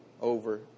over